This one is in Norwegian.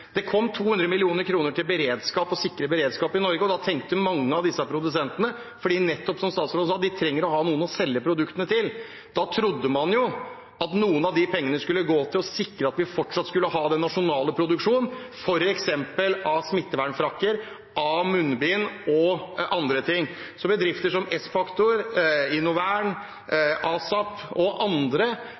Det kom 200 mill. kr for å sikre beredskap i Norge, og da tenkte mange av disse produsentene – for som statsråden sa, trenger de å ha noen å selge produktene til – at noen av de pengene skulle gå til å sikre at vi fortsatt har den nasjonale produksjonen, f.eks. av smittevernfrakker, av munnbind og av andre ting. Bedrifter som Sfactor, Innovern, ASAP og andre